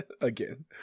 Again